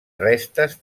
restes